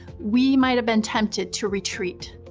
we might have been tempted to retreat,